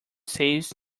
saves